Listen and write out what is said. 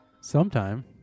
Sometime